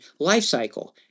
lifecycle